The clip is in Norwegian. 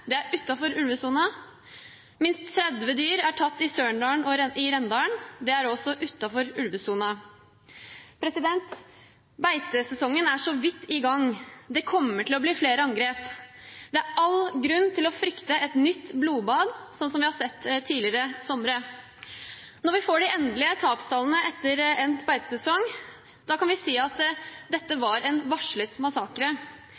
Det er utenfor ulvesonen. Minst 30 dyr er tatt i Sølendalen og i Rendalen. Det er også utenfor ulvesonen. Beitesesongen er så vidt i gang. Det kommer til å bli flere angrep. Det er all grunn til å frykte et nytt blodbad, slik vi har sett tidligere somre. Når vi får de endelige tapstallene etter endt beitesesong, kan vi si at dette var en varslet massakre,